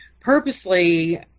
purposely